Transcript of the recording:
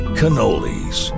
cannolis